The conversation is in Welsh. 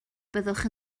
byddwch